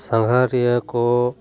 ᱥᱟᱸᱜᱷᱟᱨᱤᱭᱟᱹ ᱠᱚ